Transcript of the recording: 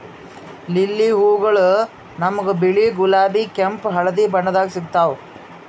lily ಹೂವಗೊಳ್ ನಮ್ಗ್ ಬಿಳಿ, ಗುಲಾಬಿ, ಕೆಂಪ್, ಹಳದಿ ಬಣ್ಣದಾಗ್ ಸಿಗ್ತಾವ್